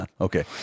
Okay